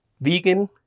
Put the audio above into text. Vegan